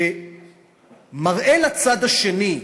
שמראה לצד השני,